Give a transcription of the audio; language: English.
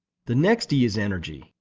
the next e is energy,